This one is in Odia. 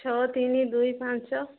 ଛଅ ତିନି ଦୁଇ ପାଞ୍ଚ